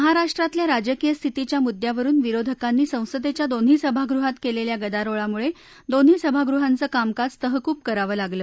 महाराष्ट्रातल्या राजकीय स्थितीच्या मुद्यावरून विरोधकांनी संसदेच्या दोन्ही सभागृहात केलेल्या गदारोळामुळे दोन्ही सभागृहांच कामकाज तहकुब करावं लागलं